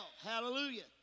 Hallelujah